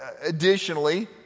additionally